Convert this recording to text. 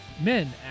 men